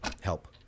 Help